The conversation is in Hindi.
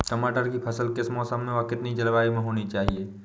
टमाटर की फसल किस मौसम व कितनी जलवायु में होनी चाहिए?